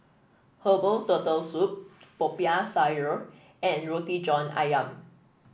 Herbal Turtle Soup Popiah Sayur and Roti John ayam